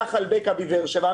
נחל בקע בבאר שבע.